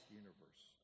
universe